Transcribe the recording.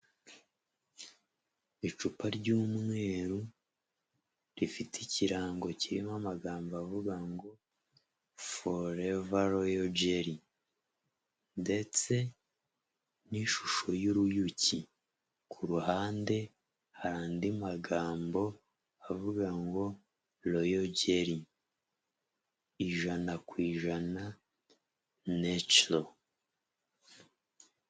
Icupa ry'umweru rifite ikirango kirimo amagambo avuga ngo Foreva royo jeri ndetse n'ishusho y'uruyuki, ku ruhande hari andi magambo avuga ngo Royo jeri ijana ku ijana neco.